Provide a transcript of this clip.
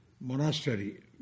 monastery